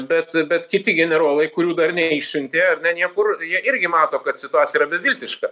bet bet kiti generolai kurių dar neišsiuntė ar ne niekur jie irgi mato kad situacija yra beviltiška